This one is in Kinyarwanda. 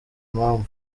impamvu